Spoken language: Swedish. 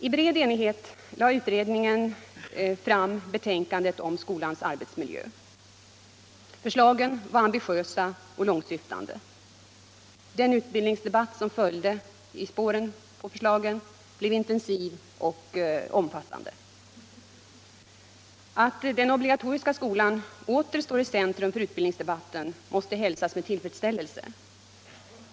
I bred enighet lade utredningen fram betänkandet om skolans arbetsmiljö. Förslagen var ambitiösa och långtsyftande. Den utbildningsdebatt som följde i spåren på dessa förslag blev intensiv och omfattande. Att den obligatoriska skolan åter står i centrum för utbildningsdebatten måste hälsas med tillfredsställelse.